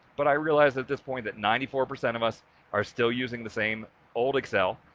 but i realized at this point that ninety four percent of us are still using the same old excel.